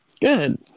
Good